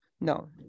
No